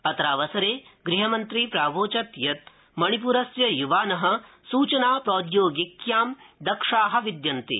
अत्रावसरे गृहमन्त्री प्रावोचत् यत् मणिप्रस्य युवान सूचना प्रौद्योगिक्यां दक्षा विद्यन्ते